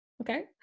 okay